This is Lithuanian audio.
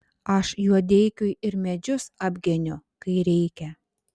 aš juodeikiui ir medžius apgeniu kai reikia